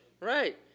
Right